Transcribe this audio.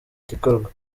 igikorwa